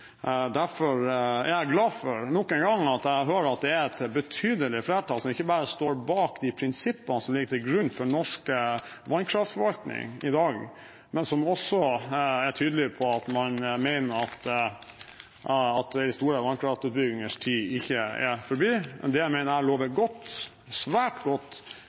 Derfor er jeg glad for at jeg nok en gang hører at det er et betydelig flertall som ikke bare står bak de prinsippene som ligger til grunn for norsk vannkraftforvaltning i dag, men som også er tydelig på at man mener at de store vannkraftutbyggingers tid ikke er forbi. Det mener jeg lover svært godt